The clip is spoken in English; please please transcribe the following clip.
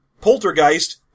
Poltergeist